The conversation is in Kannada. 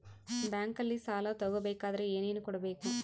ಬ್ಯಾಂಕಲ್ಲಿ ಸಾಲ ತಗೋ ಬೇಕಾದರೆ ಏನೇನು ಕೊಡಬೇಕು?